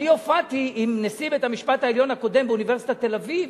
אני הופעתי עם נשיא בית-המשפט העליון הקודם באוניברסיטת תל-אביב,